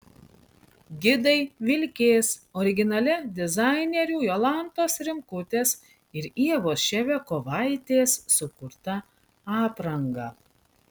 gidai vilkės originalia dizainerių jolantos rimkutės ir ievos ševiakovaitės sukurta apranga